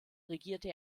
regierte